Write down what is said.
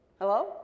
Hello